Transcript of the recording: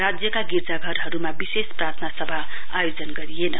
राज्यका गिर्जाघरहरुमा विशेष प्रार्थनसभा आयोजन गरिएन